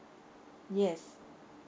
yes